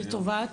לטובת?